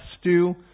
stew